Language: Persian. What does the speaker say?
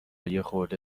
یخورده